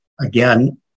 Again